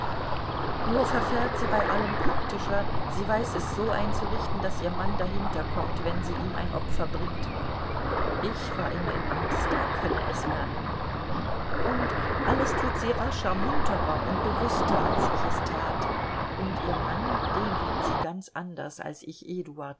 nur verfährt sie bei allem praktischer sie weiß es so einzurichten daß ihr mann dahinter kommt wenn sie ihm ein opfer bringt ich war immer in angst er könne es merken und alles tut sie rascher munterer und bewußter als ich es tat und ihr mann den liebt sie ganz anders als ich